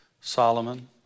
Solomon